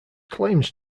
claims